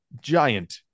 giant